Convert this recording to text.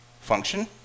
function